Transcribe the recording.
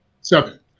Seven